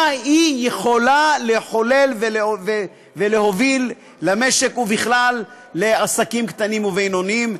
מה היא יכולה לחולל ולהוביל למשק בכלל ולעסקים קטנים ובינוניים.